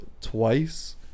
twice